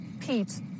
Pete